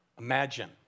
Imagine